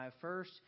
First